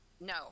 no